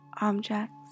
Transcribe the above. objects